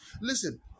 Listen